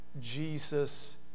Jesus